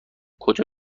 کجا